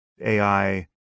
AI